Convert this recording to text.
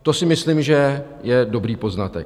To si myslím, že je dobrý poznatek.